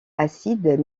acides